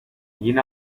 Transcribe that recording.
yine